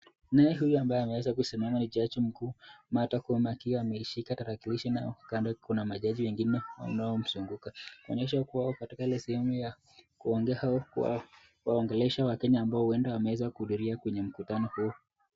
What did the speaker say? Naye huyu ambaye ameweza kusimama ni jaji mkuu Martha Koome akiwa ameishika tarakilishi na huku kando kuna majaji wengine wanaomzunguka. Kuonyesha kuwa wako katika ile sehemu ya kuongea au kuwaongelesha wakenya ambao huenda wameweza kuhudhuria kwenye mkutano huo.